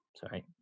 Sorry